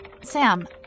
Sam